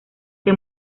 que